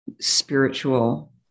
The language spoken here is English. spiritual